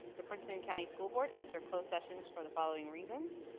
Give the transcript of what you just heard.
the prince william county school board enter closed sessions for the following reasons.